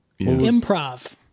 Improv